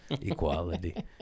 Equality